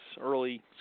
early